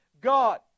God